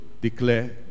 declare